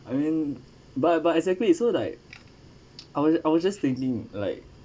I mean but but exactly so like I was I was just thinking like